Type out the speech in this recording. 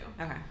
Okay